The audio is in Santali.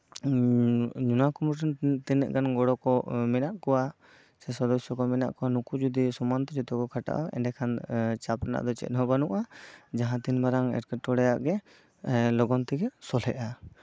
ᱱᱚᱣᱟ ᱠᱩᱢᱩᱴ ᱨᱮᱱ ᱛᱤᱱᱟᱹᱜ ᱜᱟᱱ ᱜᱚᱲᱚ ᱠᱚ ᱢᱮᱱᱟᱜ ᱠᱚᱣᱟ ᱥᱮ ᱥᱚᱫᱚᱥᱥᱚ ᱠᱚ ᱢᱮᱱᱟᱜ ᱠᱚᱣᱟ ᱱᱩᱠᱩ ᱡᱩᱫᱤ ᱥᱚᱢᱟᱱ ᱛᱮ ᱡᱚᱛᱚ ᱠᱚ ᱠᱷᱟᱴᱟᱜᱼᱟ ᱪᱟᱯ ᱨᱮᱱᱟᱜ ᱫᱚ ᱪᱮᱫ ᱦᱚᱸ ᱵᱟᱹᱱᱩᱜᱼᱟ ᱡᱟᱦᱟᱸ ᱛᱤᱱ ᱢᱟᱨᱟᱝ ᱮᱴᱠᱮᱴᱚᱲᱮ ᱜᱮ ᱞᱚᱜᱚᱱ ᱛᱮᱜᱮ ᱥᱚᱦᱞᱮᱜᱼᱟ